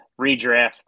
Redraft